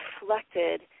reflected